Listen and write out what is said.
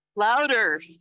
Louder